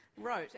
wrote